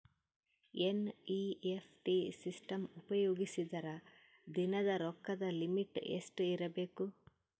NEFT system ಉಪಯೋಗಿಸಿದರ ದಿನದ ರೊಕ್ಕದ ಲಿಮಿಟ್ ಎಷ್ಟ ಇರಬೇಕು?